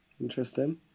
Interesting